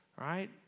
right